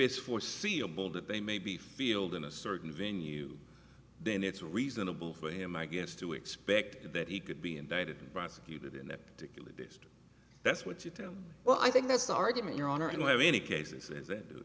it's foreseeable that they may be field in a certain venue then it's reasonable for him i guess to expect that he could be indicted prosecuted and that's what you do well i think that's the argument you're on or any cases that